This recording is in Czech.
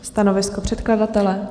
Stanovisko předkladatele?